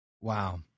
Wow